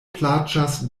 plaĉas